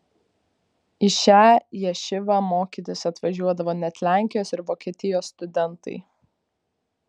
į šią ješivą mokytis atvažiuodavo net lenkijos ir vokietijos studentai